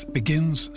begins